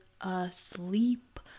asleep